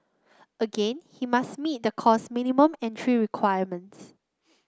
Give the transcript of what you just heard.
again he must meet the course minimum entry requirements